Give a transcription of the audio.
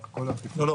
רק --- לא,